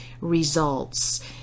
results